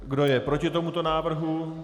Kdo je proti tomuto návrhu?